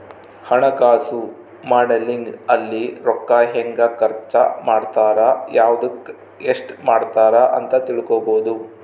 ಹಣಕಾಸು ಮಾಡೆಲಿಂಗ್ ಅಲ್ಲಿ ರೂಕ್ಕ ಹೆಂಗ ಖರ್ಚ ಮಾಡ್ತಾರ ಯವ್ದುಕ್ ಎಸ್ಟ ಮಾಡ್ತಾರ ಅಂತ ತಿಳ್ಕೊಬೊದು